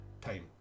time